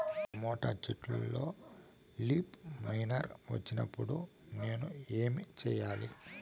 Tomato చెట్టులో leaf miner వచ్చినప్పుడు నేను ఏమి చెయ్యాలి?